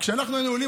כשאנחנו היינו עולים,